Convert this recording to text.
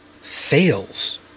fails